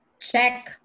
check